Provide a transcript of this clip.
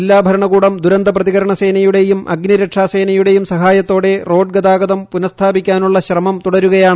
ജില്ലാഭരണകൂടം ദുരന്ത പ്രതികരണ സേനയുടെയും അഗ്നിരക്ഷാ സേനയുടെയും സഹായത്തോടെ റോഡ് ഗതാഗതം പുനഃസ്ഥാപിയ്ക്കാനുള്ള ശ്രമം തുടരുകയാണ്